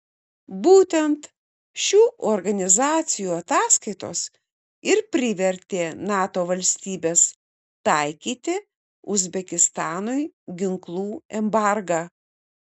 būtent šių organizacijų ataskaitos ir privertė nato valstybes taikyti uzbekistanui ginklų embargą